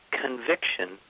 Conviction